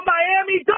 Miami